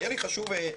אחוזים.